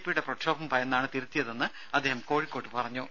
പിയുടെ പ്രക്ഷോഭം ഭയന്നാണ് തിരുത്തിയതെന്നും അദ്ദേഹം കോഴിക്കോട് പറഞ്ഞു